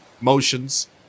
motions